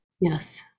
yes